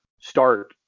start